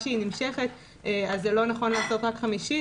נמשכת אז לא נכון לקבוע קנס רק של חמישית,